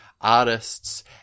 artists